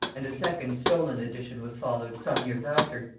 and a second stolen edition was followed, some years after,